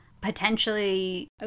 potentially